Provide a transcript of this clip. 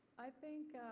i think